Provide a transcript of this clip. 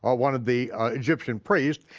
ah one of the egyptian priests.